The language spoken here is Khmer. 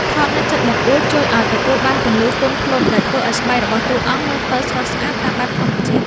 ថតនៅជិតបង្អួចជួយឱ្យទទួលបានពន្លឺទន់ភ្លន់ដែលធ្វើឱ្យស្បែករបស់តួអង្គមើលទៅស្រស់ស្អាតតាមបែបធម្មជាតិ។